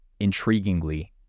Intriguingly